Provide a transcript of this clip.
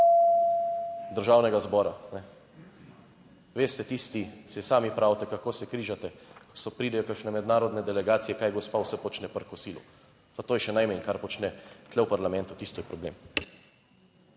Državnega zbora . Veste tisti, saj sami pravite kako se križate, pridejo kakšne mednarodne delegacije kaj gospa vse počne pri kosilu, pa to je še najmanj kar počne tu v parlamentu, tisto je problem.